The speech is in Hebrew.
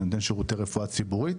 אני נותן שירותי רפואה ציבורית.